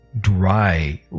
dry